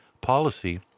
policy